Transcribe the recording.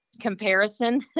comparison